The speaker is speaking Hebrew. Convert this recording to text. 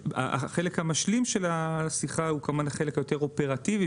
החלק המשלים של השיחה הוא כמובן החלק היותר אופרטיבי,